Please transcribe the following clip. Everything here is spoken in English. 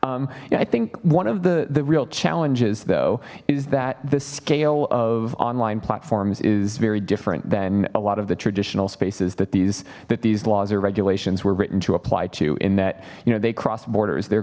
i think one of the the real challenges though is that the scale of online platforms is very different than a lot of the traditional spaces that these that these laws or regulations were written to apply to in that you know they cross borders the